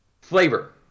Flavor